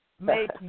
make